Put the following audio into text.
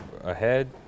ahead